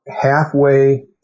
halfway